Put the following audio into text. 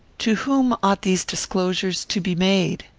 to whom ought these disclosures to be made?